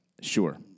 Sure